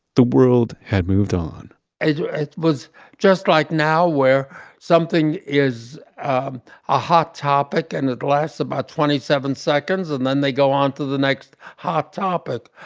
the world had moved on it was just like now where something is um a hot topic and it lasts about twenty seven seconds and then they go onto the next hot topic.